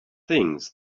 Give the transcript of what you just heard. things